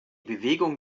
bewegung